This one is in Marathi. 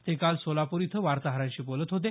ते काल सोलापूर इथं वार्ताहारांशी बोलत होते